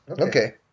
okay